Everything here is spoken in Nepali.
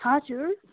हजुर